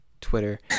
Twitter